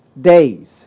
days